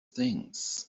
things